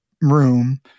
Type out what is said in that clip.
room